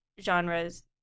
genres